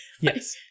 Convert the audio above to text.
Yes